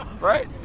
Right